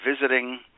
visiting